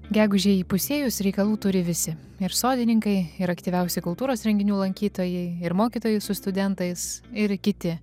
gegužei įpusėjus reikalų turi visi ir sodininkai ir aktyviausi kultūros renginių lankytojai ir mokytojai su studentais ir kiti